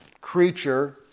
creature